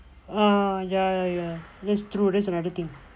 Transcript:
ah ya ya ya that's true that's another thing